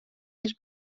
dels